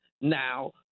now